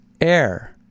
air